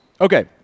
okay